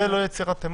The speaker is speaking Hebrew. זה לא יצירת אמון.